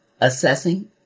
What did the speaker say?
assessing